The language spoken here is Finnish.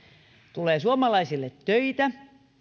tulee suomalaisille töitä